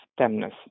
stemness